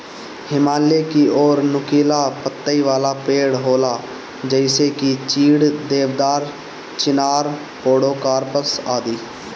हिमालय की ओर नुकीला पतइ वाला पेड़ होला जइसे की चीड़, देवदार, चिनार, पोड़ोकार्पस आदि